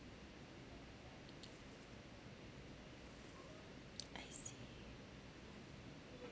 I see